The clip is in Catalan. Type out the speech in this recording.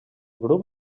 grup